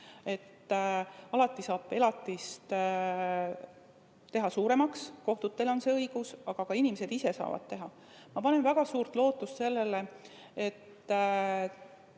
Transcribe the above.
Alati saab elatist teha suuremaks, kohtutel on see õigus, aga ka inimesed ise saavad seda teha. Ma panen väga suurt lootust sellele, et